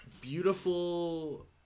beautiful